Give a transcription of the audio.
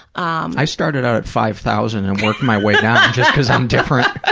um i started out at five thousand and working my way down just because i'm different. ah